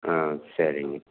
ஆ சரிங்க